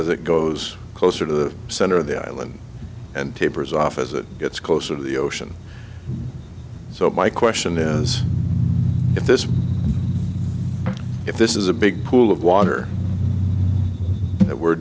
as it goes closer to the center of the island and tapers off as it gets closer to the ocean so my question is if this if this is a big pool of water